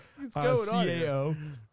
CAO